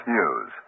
News